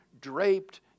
draped